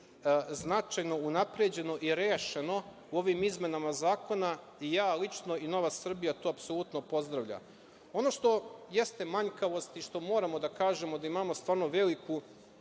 značajno unapređeno i rešeno u ovim izmenama zakona i ja lično i Nova Srbija to apsolutno pozdravljamo. Ono što jeste manjkavost i što moramo da kažemo da imamo stvarno veliku